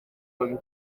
buryo